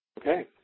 Okay